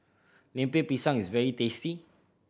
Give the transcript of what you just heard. Lemper Pisang is very tasty